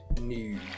news